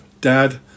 Dad